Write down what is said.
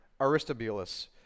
Aristobulus